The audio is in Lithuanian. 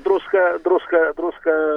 druską druską druską